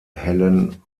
helen